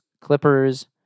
Clippers